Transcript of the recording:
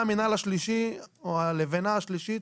הלבנה השלישית